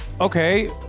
Okay